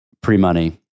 Pre-money